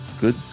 good